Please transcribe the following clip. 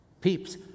Peeps